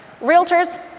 Realtors